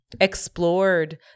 explored